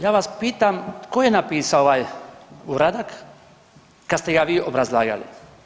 Ja vas pitam tko je napisao ovaj uradak kad ste ga vi obrazlagali.